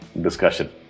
...discussion